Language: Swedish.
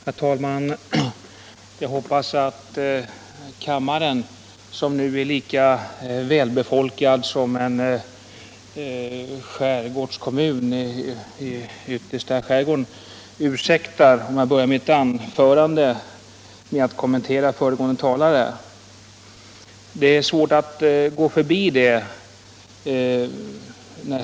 Herr talman! Jag hoppas att kammaren, som nu är lika välbefolkad som en kommun i yttersta skärgården, ursäktar att jag börjar mitt anförande med att kommentera den föregående talaren. Det är svårt att gå förbi det.